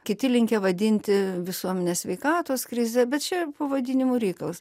kiti linkę vadinti visuomenės sveikatos krize bet čia pavadinimų reikalas